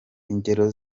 ingero